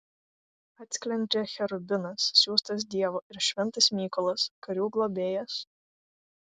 atsklendžia cherubinas siųstas dievo ir šventas mykolas karių globėjas